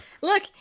Look